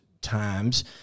times